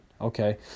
okay